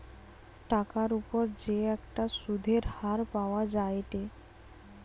টাকার উপর যে একটা সুধের হার পাওয়া যায়েটে